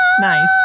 nice